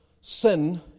sin